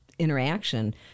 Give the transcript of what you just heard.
interaction